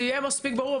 זה יהיה מספיק ברור,